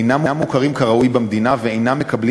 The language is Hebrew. אינם מוכרים כראוי במדינה ואינם מקבלים